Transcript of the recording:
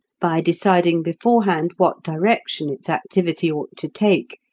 by deciding beforehand what direction its activity ought to take,